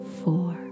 four